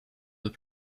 deux